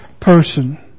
person